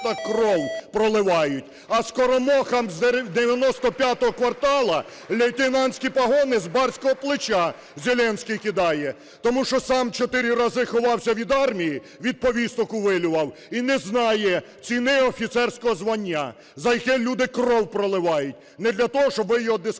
кров проливають, а скоморохам з "95 Кварталу" лейтенантські погони з барського плеча Зеленський кидає. Тому що сам чотири рази ховався від армії, від повісток увилював, і не знає ціни офіцерського звання, за яке люди кров проливають, не для того, щоб ви його дискредитували.